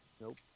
Nope